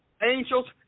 Angels